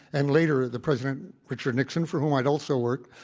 and later the president richard nixon, for whom i'd also worked,